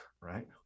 right